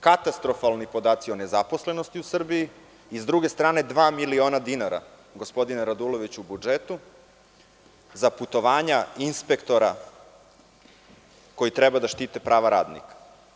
Katastrofalni podaci o nezaposlenosti u Srbiji i sa druge strane, 2 miliona dinara, gospodine Raduloviću u budžetu, za putovanja inspektora koji treba da štite prava radnika.